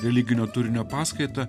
religinio turinio paskaitą